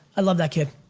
i love that kid.